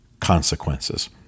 consequences